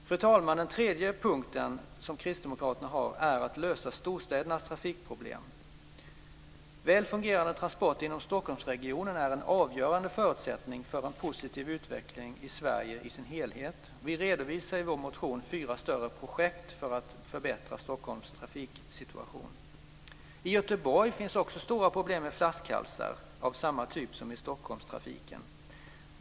För det tredje: Lös storstädernas trafikproblem. Väl fungerande transporter inom Stockholmsregionen är en avgörande förutsättning för en positiv utveckling i Sverige i sin helhet. Vi redovisar i vår motion fyra större projekt för att förbättra Stockholms trafiksituation. I Göteborg finns också stora problem med flaskhalsar av samma typ som i Stockholmstrafiken.